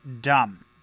dumb